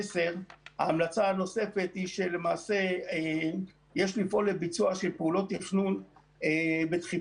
ההמלצה הנוספת היא שלמעשה יש לפעול לביצוע של פעולות תכנון בדחיפות,